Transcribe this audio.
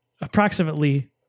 approximately